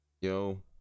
yo